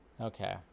okay